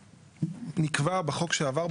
נקבע בחוק שעבר,